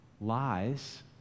lies